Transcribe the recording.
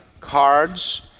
cards